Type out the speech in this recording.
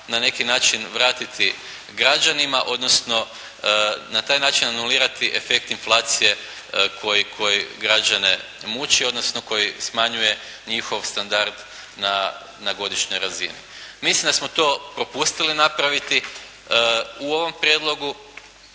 na neki način vratiti građanima odnosno na taj način anulirati efekt inflacije koji građane muči odnosno koji smanjuje njihov standard na godišnjoj razini. Mislim da smo to propustili napraviti u ovom prijedlogu